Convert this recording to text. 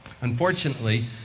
unfortunately